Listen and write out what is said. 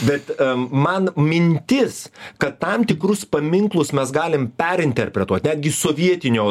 bet man mintis kad tam tikrus paminklus mes galim perinterpretuot netgi sovietinio